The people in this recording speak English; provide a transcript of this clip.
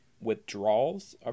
withdrawals